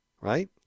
Right